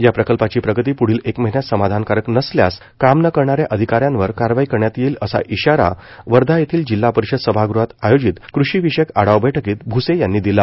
या प्रकल्पाची प्रगती प्ढील एक महिन्यात समाधानकारक नसल्यास काम न करणाऱ्या अधिका यांवर कारवाई करण्यात येईल असा इशारा वर्धा येथील जिल्हा परिषद सभागृहात आयोजित कृषी विषयक आढावा बैठकीत भ्से यांनी दिला